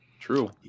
true